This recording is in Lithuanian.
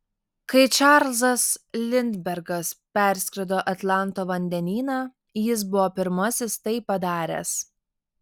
kai čarlzas lindbergas perskrido atlanto vandenyną jis buvo pirmasis tai padaręs